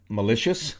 malicious